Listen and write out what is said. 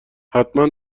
حتما